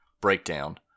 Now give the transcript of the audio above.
breakdown